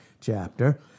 chapter